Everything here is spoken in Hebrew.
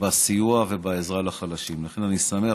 בסיוע ובעזרה לחלשים, לכן אני שמח.